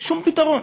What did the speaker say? שום פתרון,